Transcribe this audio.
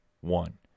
one